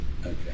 Okay